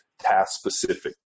task-specific